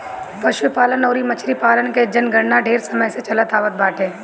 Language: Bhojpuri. पशुपालन अउरी मछरी पालन के जनगणना ढेर समय से चलत आवत बाटे